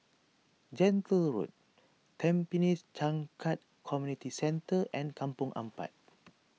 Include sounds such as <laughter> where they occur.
Gentle Road Tampines Changkat Community Centre and Kampong Ampat <noise>